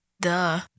Duh